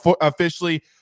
officially